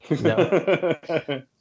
No